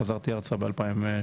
חזרתי ארצה ב-2018,